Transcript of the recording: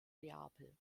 neapel